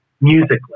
musically